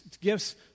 gifts